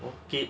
okay